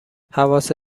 حواست